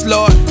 Lord